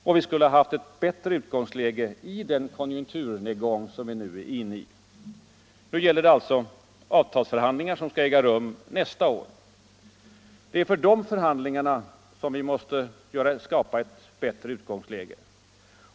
Och vi skulle ha haft ett betydligt bättre utgångsläge i den konjunkturnedgång som vi nu är inne i. Nu gäller det de avtalsförhandlingar som skall äga rum nästa år. Det är för de förhandlingarna som vi måste skapa ett bättre utgångsläge än vi hade förut.